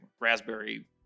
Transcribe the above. raspberry